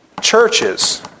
Churches